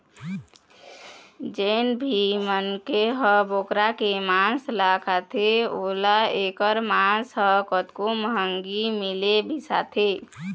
जेन भी मनखे ह बोकरा के मांस ल खाथे ओला एखर मांस ह कतको महंगी मिलय बिसाथे